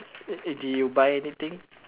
did you buy anything